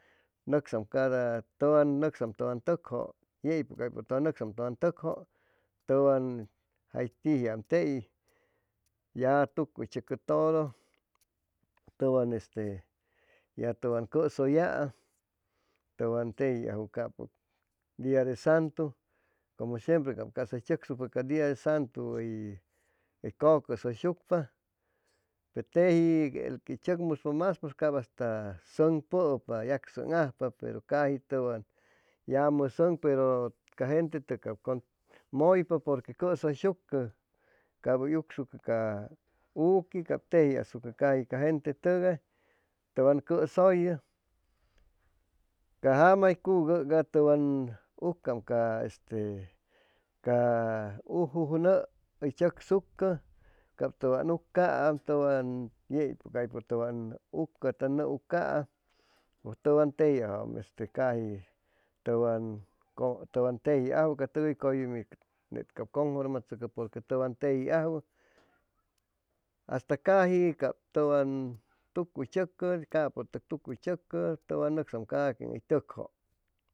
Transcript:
Nʉnsam cada tʉwan nʉcsam tʉwan tʉkjʉ yeypʉ caypʉ tʉwan nʉcsaam tʉwan tʉkjʉ tʉwan jay tijiam tei ya tucuytzʉcʉ todo tʉwan este ya tʉwan cʉsʉyaam tʉwan tejiajwʉ capʉp dia de santu como shempre cap casa hʉy tzʉcsucpa ca dia de santu hʉy cʉcʉshʉysucpa pe teji el que hʉy tzʉcmuspa mas cap hasta sʉn pʉpa yacsʉŋajpa pero caji tʉwan yamʉ sʉn pero ca jentetʉk cap mʉypa poque cap cʉshʉysucpa cap hʉy ucsucpa ca uqui cap tejiasucʉ ca jentetʉgay tʉwan cʉsʉyʉ ca jama hʉy cugʉga tʉwan ucam ca ca ujuj nʉʉ hʉy tzʉcsucʉ cap tʉwan ucaam tʉwan yeypʉ caypʉ ucʉ tʉn nʉʉ ucaam pʉj tʉwan tejiajwʉ caji tʉwan tejiajwʉ ca tʉk hʉy cʉyumi net cap conformachoco porque tʉwan tejiajwʉ hasta caji cap tʉwan tucuytzʉcʉ capʉtʉc tucuy tzʉcʉ tʉwan nʉcsaam cada quien hʉy tʉkjʉ